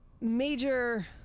Major